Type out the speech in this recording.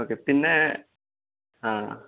okay പിന്നെ ആ